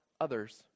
others